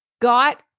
got